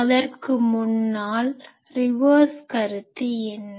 அதற்கு முன்னால் அதன் ரிவர்ஸ் Reverse தலைகீழ் கருத்து என்ன